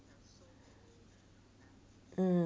mm